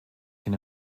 can